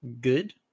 good